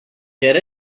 get